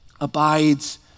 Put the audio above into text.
abides